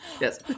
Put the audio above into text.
Yes